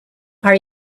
are